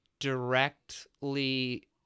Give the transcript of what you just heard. directly